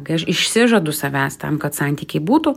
kai aš išsižadu savęs tam kad santykiai būtų